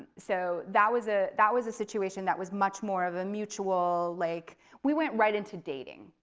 so that was ah that was situation that was much more of a mutual, like we went right into dating.